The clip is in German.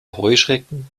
heuschrecken